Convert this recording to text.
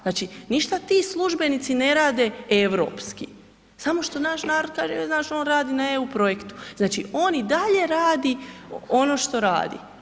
Znači, ništa ti službenici ne rade europski, samo što naš narod kaže, joj znaš, on radi na EU projektu, znači on i dalje radi ono što radi.